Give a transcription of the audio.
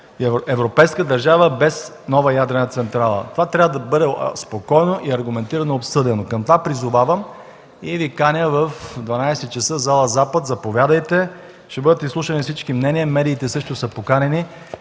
европейска държава без нова ядрена централа. Това трябва да бъде спокойно и аргументирано обсъдено. Към това призовавам и Ви каня в 12,00 ч. в зала „Запад”: Заповядайте, ще бъдат изслушани всички мнения. Медиите също са поканени.